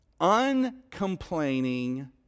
uncomplaining